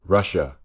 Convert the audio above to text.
Russia